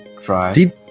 try